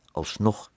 alsnog